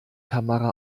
tamara